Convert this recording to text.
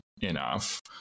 enough